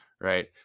Right